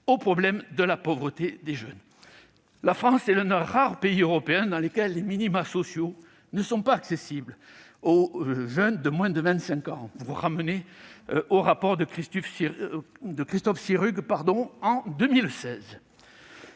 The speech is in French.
au problème de la pauvreté des jeunes. La France est l'un des rares pays européens dans lesquels les minima sociaux ne sont pas accessibles aux jeunes de moins de 25 ans. À cet égard, je vous renvoie au rapport de Christophe Sirugue en 2016.